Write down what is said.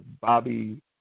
Bobby